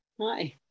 Hi